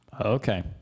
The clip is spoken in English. Okay